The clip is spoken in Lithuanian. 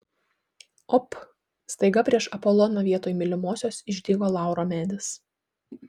op staiga prieš apoloną vietoj mylimosios išdygo lauro medis